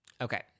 Okay